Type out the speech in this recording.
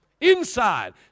Inside